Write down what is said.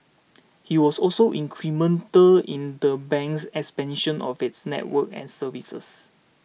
he was also incremental in the bank's expansion of its network and services